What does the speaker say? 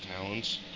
talents